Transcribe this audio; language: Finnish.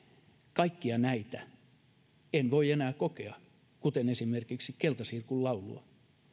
kaikkia näitä en voi enää kokea kuten esimerkiksi keltasirkun laulua